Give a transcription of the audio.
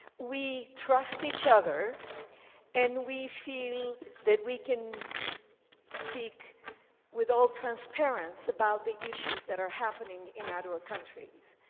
we trust each other and we feel that we can speak with all transparence about the issues that are happening in our countries.